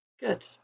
Good